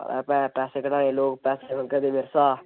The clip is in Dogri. भैं पैसे कढाने लोग पैसे मंगा दे मेरे शा